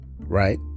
right